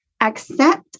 accept